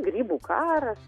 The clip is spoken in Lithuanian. grybų karas